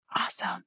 awesome